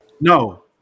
No